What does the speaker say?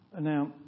Now